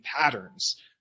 patterns